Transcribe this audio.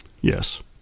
Yes